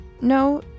No